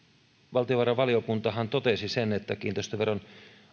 valtiovarainvaliokuntahan totesi sen että kiinteistöveron